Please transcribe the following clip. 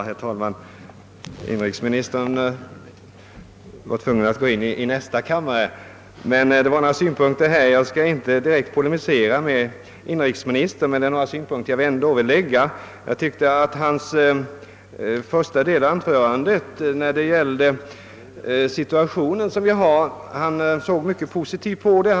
Herr talman! Inrikesministern var tvungen att gå in i första kammaren. Jag vill dock, utan att direkt polemisera mot inrikesministern, framföra några synpunkter. Jag tyckte att den första delen av hans anförande, som gällde den nuvarande situationen, visade att han ser mycket positivt på läget.